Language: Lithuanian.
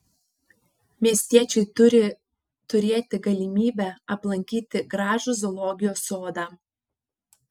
miestiečiai turi turėti galimybę aplankyti gražų zoologijos sodą